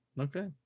okay